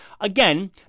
Again